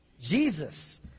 Jesus